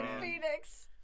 Phoenix